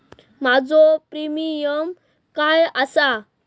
माझो प्रीमियम काय आसा?